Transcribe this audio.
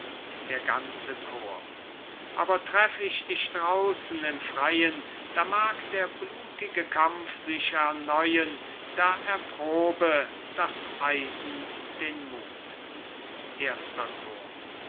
der ganze chor aber treff ich dich draußen im freien da mag der blutige kampf sich erneuen da erprobe das eisen den muth erster chor